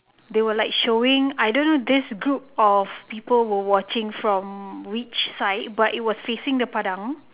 they where like showing I don't know this group of people were watching from which side but it was facing the Padang